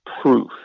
proof